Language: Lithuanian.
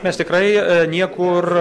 mes tikrai niekur